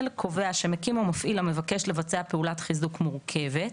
קובע שמקים או מפעיל המבקש לבצע פעולת חיזוק מורכבת,